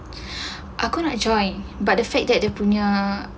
aku nak join but the fact dia punya